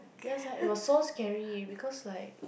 ya sia it was so scary because like